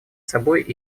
собой